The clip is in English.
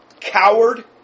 coward